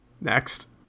Next